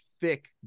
thick